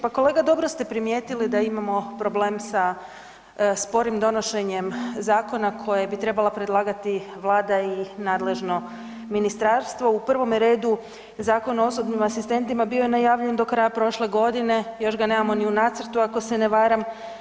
Pa kolega dobro ste primijetili da imamo problem sa sporim donošenjem zakona koje bi trebala predlagati Vlada i nadležno ministarstvo u prvome redu Zakon o osobnim asistentima bio je najavljen do kraja prošle godine, još ga nemamo ni u nacrtu ako se ne varam.